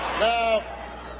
Now